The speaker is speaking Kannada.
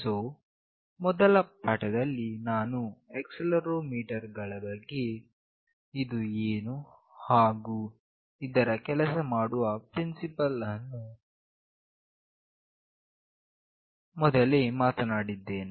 ಸೋ ಮೊದಲ ಪಾಠದಲ್ಲಿ ನಾನು ಆಕ್ಸೆಲೆರೋಮೀಟರ್ ನ ಬಗ್ಗೆ ಇದು ಏನು ಹಾಗು ಇದರ ಕೆಲಸ ಮಾಡುವ ಪ್ರಿನ್ಸಿಪಲ್ ಏನು ಎಂಬುದನ್ನು ಮಾತನಾಡಲಿದ್ದೇನೆ